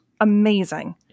amazing